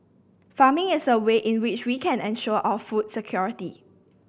farming is a way in which we can ensure our food security